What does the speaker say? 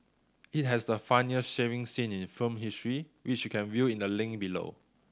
it has the funniest shaving scene in film history which you can view in the link below